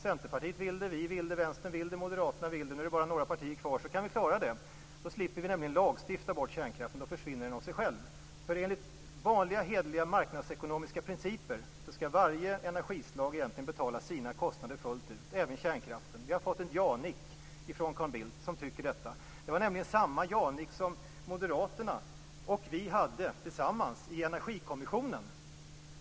Centerpartiet vill det, vi vill det, Vänstern vill det, Moderaterna vill det. Nu är det bara några partier kvar, sedan kan vi klara det. Då slipper vi nämligen lagstifta bort kärnkraften. Då försvinner den av sig själv. Enligt vanliga hederliga marknadsekonomiska principer skall varje energislag egentligen betala sina kostnader fullt ut, även kärnkraften. Vi har fått en janick från Carl Bildt, som tycker detta. Det var samma ja-nick som moderaterna och vi gjorde tillsammans i Energikommissionen.